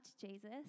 Jesus